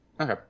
Okay